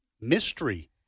mystery